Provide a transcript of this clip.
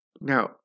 Now